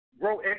grow